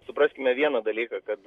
supraskime vieną dalyką kad